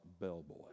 bellboy